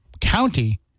county